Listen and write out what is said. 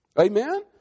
Amen